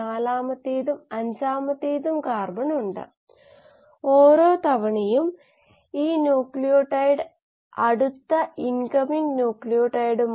നമുക്കെല്ലാവർക്കും അറിയാം ഊർജ്ജം നിർമ്മിച്ചതാണെന്ന് അല്ലെങ്കിൽ എടിപി ആണ് കോശത്തിന്റെ എനർജി നാണയം അഡെനോസിൻ ട്രൈഫോസ്ഫേറ്റ് നിർമ്മിക്കുന്നത് അഡെനോസിൻ ഡിഫോസ്ഫേറ്റിന്റെ ADP ഫോപ്സ്ഫോറിലേഷനിലൂടെയാണ്